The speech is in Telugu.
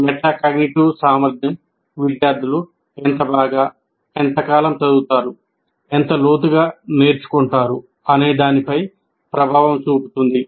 మెటాకాగ్నిటివ్ సామర్ధ్యం విద్యార్థులు ఎంత బాగా ఎంతకాలం చదువుతారు ఎంత లోతుగా నేర్చుకుంటారు అనే దానిపై ప్రభావం చూపుతుంది